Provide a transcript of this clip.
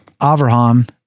Avraham